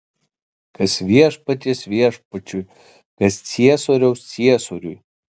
kas viešpaties viešpačiui kas ciesoriaus ciesoriui